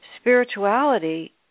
spirituality